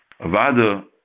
Avada